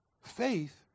Faith